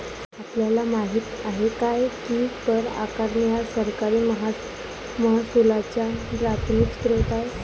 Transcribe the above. आपल्याला माहित आहे काय की कर आकारणी हा सरकारी महसुलाचा प्राथमिक स्त्रोत आहे